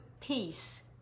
peace